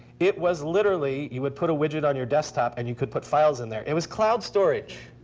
it was literally you would put a widget on your desktop and you could put files in there. it was cloud storage.